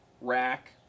rack